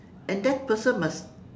and that person must